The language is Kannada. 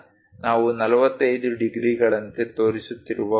ಆದ್ದರಿಂದ ನಾವು 45 ಡಿಗ್ರಿಗಳಂತೆ ತೋರಿಸುತ್ತಿರುವ ಕೋನ